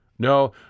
No